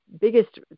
biggest